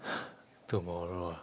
tomorrow ah